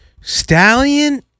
Stallion